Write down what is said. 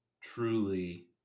truly